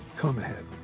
come ahead.